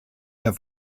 der